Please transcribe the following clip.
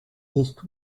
east